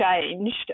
changed